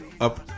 up